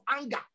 anger